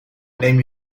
neem